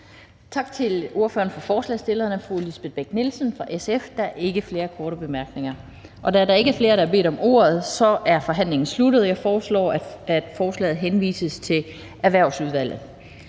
Tak til ordføreren for forslagsstillerne, fru Lisbeth Bech-Nielsen fra SF. Der er ikke flere korte bemærkninger. Da der ikke er flere, der har bedt om ordet, er forhandlingen sluttet. Jeg foreslår, at forslaget til folketingsbeslutning